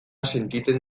sentitzen